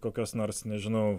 kokios nors nežinau